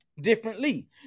Differently